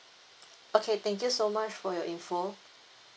okay thank you so much for your information